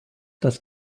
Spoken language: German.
das